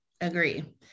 Agree